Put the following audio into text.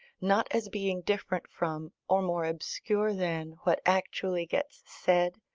not as being different from, or more obscure than, what actually gets said,